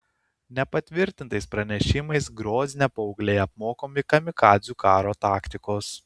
nepatvirtintais pranešimais grozne paaugliai apmokomi kamikadzių karo taktikos